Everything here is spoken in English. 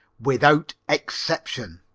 without exception.